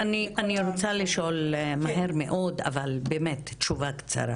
אני רוצה לשאול מהר מאוד, אבל תשובה קצרה